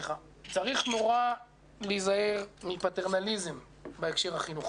צריך מאוד להיזהר מפטרנליזם בהקשר החינוכי.